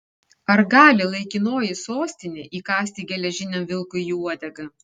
ar gali laikinoji sostinė įkąsti geležiniam vilkui į uodegą